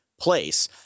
place